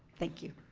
thank you.